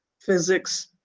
physics